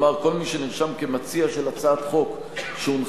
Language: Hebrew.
כלומר כל מי שנרשם כמציע של הצעת חוק שהונחה